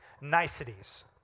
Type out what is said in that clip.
niceties